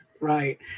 Right